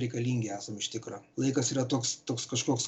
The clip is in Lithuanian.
reikalingi esam iš tikro laikas yra toks toks kažkoks